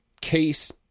case